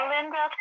Linda